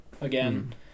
again